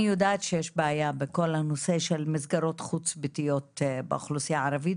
אני יודעת שיש בעיה בכל הנושא של מסגרות חוץ ביתיות באוכלוסייה הערבית,